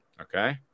Okay